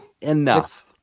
enough